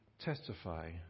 testify